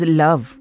love